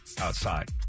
outside